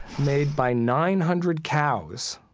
made by nine hundred cows.